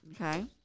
Okay